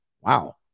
Wow